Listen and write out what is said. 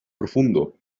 profundo